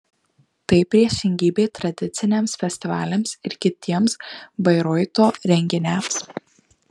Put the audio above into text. tai priešingybė tradiciniams festivaliams ir kitiems bairoito renginiams